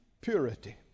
purity